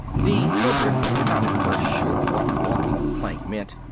the children were not at first sure what walking the plank meant,